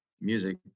music